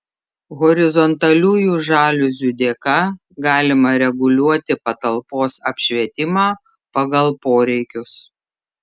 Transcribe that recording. horizontaliųjų žaliuzių dėka galima reguliuoti patalpos apšvietimą pagal poreikius